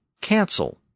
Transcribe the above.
cancel